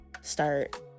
start